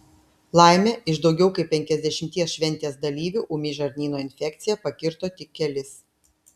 laimė iš daugiau kaip penkiasdešimties šventės dalyvių ūmi žarnyno infekcija pakirto tik kelis